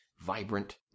vibrant